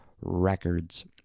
records